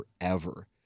forever